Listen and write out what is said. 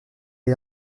est